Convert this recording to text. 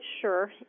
sure